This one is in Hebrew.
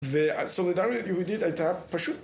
וסולידריות יהודית הייתה פשוט